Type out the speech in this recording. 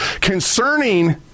Concerning